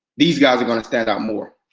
these guys are gonna stand out more.